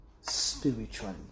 spiritually